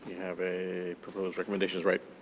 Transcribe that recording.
have a proposed recommendations, right.